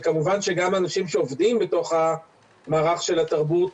וכמובן שגם האנשים שעובדים בתוך המערך של התרבות,